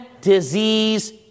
disease